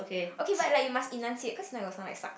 okay but like you must enunciate cause like got something like